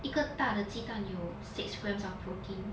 一个大的鸡蛋有 six grams of protein